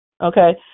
Okay